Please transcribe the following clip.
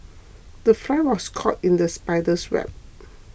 the fly was caught in the spider's web